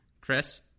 Chris